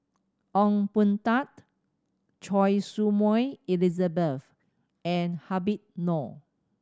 Ong Boon Tat Choy Su Moi Elizabeth and Habib Noh